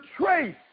trace